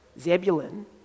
Zebulun